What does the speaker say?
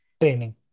Training